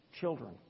Children